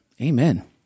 amen